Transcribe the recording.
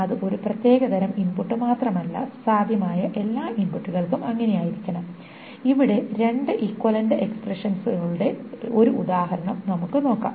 അത് ഒരു പ്രത്യേക തരം ഇൻപുട്ടിന് മാത്രമല്ല സാധ്യമായ എല്ലാ ഇൻപുട്ടുകൾക്കും അങ്ങനെയായിരിക്കണം ഇവിടെ രണ്ട് ഇക്വിവാലെന്റ് എക്സ്പ്രെഷൻസുകളുടെ ഒരു ഉദാഹരണം നമുക്ക് നോക്കാം